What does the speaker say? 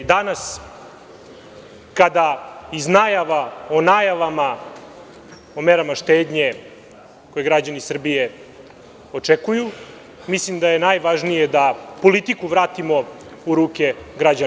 Danas kada iz najava o najavama o merama štednje koje građani Srbije očekuju, mislim da je najvažnije da politiku vratimo u ruke građana.